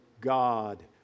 God